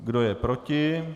Kdo je proti?